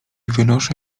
wynoszę